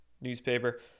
newspaper